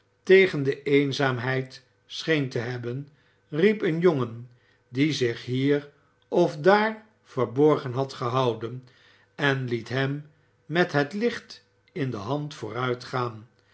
tegen de eenzaamheid scheen te hebben riep een jongen die zich hier of daar verborgen had gehouden en liet hem met het licht in de hand vooruitgaan